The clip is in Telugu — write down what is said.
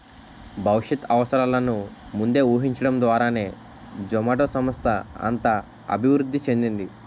భవిష్యత్ అవసరాలను ముందే ఊహించడం ద్వారానే జొమాటో సంస్థ అంత అభివృద్ధి చెందింది